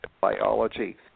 biology